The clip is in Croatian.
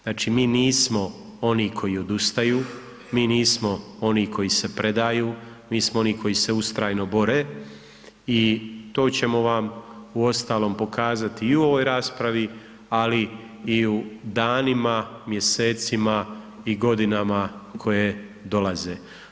Znači, mi nismo oni koji odustaju, mi nismo oni koji se predaju, mi smo oni koji se ustrajno bore, i to ćemo vam uostalom pokazati i u ovoj raspravi, ali i u danima, mjesecima i godinama koje dolaze.